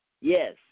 Yes